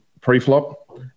pre-flop